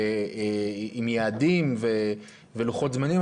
עם יעדים ולוחות זמנים,